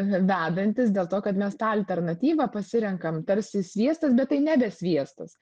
vedantis dėl to kad mes tą alternatyvą pasirenkam tarsi sviestas bet tai nebesviestas